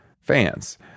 fans